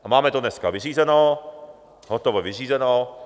A máme to dneska vyřízeno, hotovo vyřízeno.